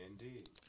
Indeed